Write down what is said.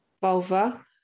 Vulva